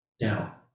Now